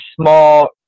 small